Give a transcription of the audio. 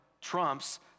trumps